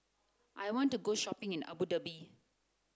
I want to go shopping in Abu Dhabi